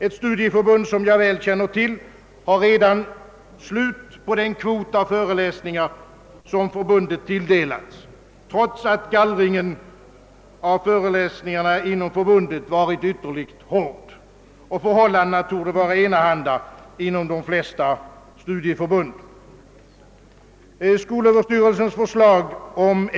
Ett studieförbund, som jag väl känner till, har redan uttömt den kvot av föreläsningar, som förbundet tilldelats, trots att gallringen av föreläsningarna inom förbundet varit ytterligt hård, och förhållandena torde vara enahanda inom de flesta studieförbund.